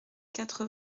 quatre